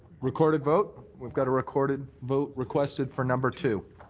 recorded vote? we've got a recorded vote requested for number two.